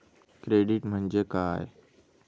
Credit म्हणजे काय?